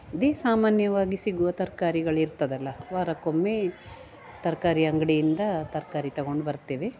ಅದೇ ಸಾಮಾನ್ಯವಾಗಿ ಸಿಗುವ ತರ್ಕಾರಿಗಳು ಇರ್ತದಲ್ಲ ವಾರಕ್ಕೊಮ್ಮೆ ತರಕಾರಿ ಅಂಗಡಿಯಿಂದ ತರಕಾರಿ ತಗೊಂಡು ಬರ್ತೇವೆ